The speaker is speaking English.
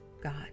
God